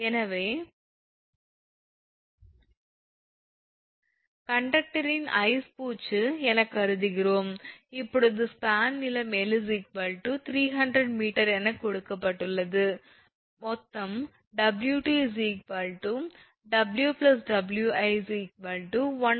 எனவே கண்டக்டரில் ஐஸ் பூச்சு என கருதுகிறோம் இப்போது ஸ்பான் நீளம் 𝐿 300 𝑚 என்று கொடுக்கப்பட்டுள்ளது மொத்தம் 𝑊𝑇 𝑊𝑊𝑖 1